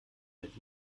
mit